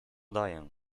daję